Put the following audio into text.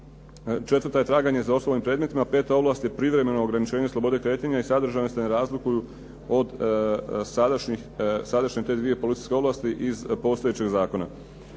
Četvrta je traganje za osobama i predmetima. Peta ovlast je privremeno ograničenje slobode kretanja i sadržajno se ne razlikuju od sadašnje te dvije policijske ovlasti iz postojećeg zakona.